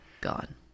gone